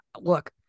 look